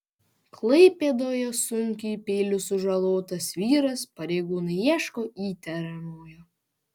klaipėdoje sunkiai peiliu sužalotas vyras pareigūnai ieško įtariamojo